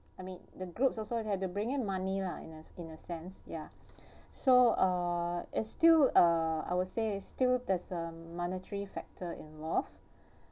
I mean the group also had to bring in money lah in a in a sense ya so uh it's still uh I will say is still there's a monetary factor involved